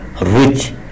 rich